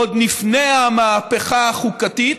עוד לפני המהפכה החוקתית,